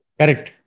correct